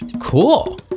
Cool